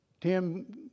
Tim